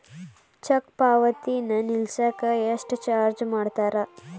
check ಪಾವತಿನ ನಿಲ್ಸಕ ಎಷ್ಟ ಚಾರ್ಜ್ ಮಾಡ್ತಾರಾ